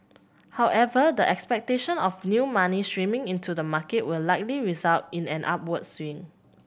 however the expectation of new money streaming into the market will likely result in an upward swing